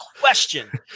question